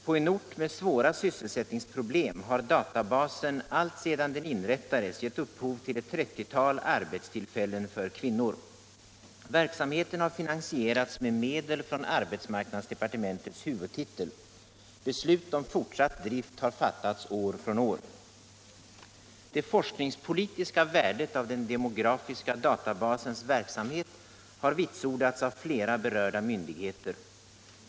På en ort med svåra sysselsättningsproblem har databasen alltsedan den inrättades gett upphov till ett trettiotal arbetstillfällen för kvinnor. Verksamheten har finansierats med medel från arbetsmarknadsdepartementets huvudtitel. Beslut om fortsatt drift har fattats år från år. Det forskningspolitiska värdet av den demografiska databasens verksamhet har vitsordats av flera berörda myndigheter.